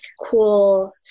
cool